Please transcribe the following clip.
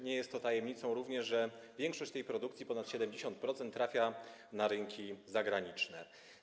Nie jest tajemnicą również, że większość tej produkcji - ponad 70%, trafia na rynki zagraniczne.